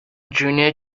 junior